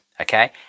Okay